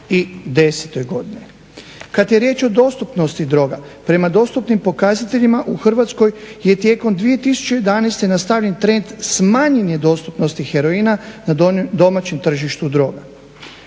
Kad je riječ o dostupnosti droga prema dostupnim pokazateljima u Hrvatskoj je tijekom 2011. nastavljen trend smanjene dostupnosti heroina na domaćem tržištu droga.